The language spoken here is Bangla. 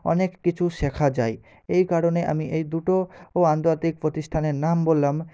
অনেক কিছু শেখা যায় এই কারণে আমি এই দুটো ও আন্তর্জাতিক প্রতিষ্ঠানের নাম বললাম